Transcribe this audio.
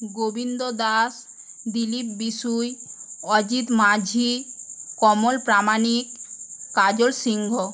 Govinda Das Dilip Bishui Ajit Majhi Kamal Pramanik Kajal Singh